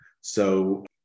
So-